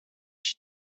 she